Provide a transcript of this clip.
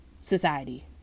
society